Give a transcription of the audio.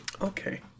Okay